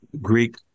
Greek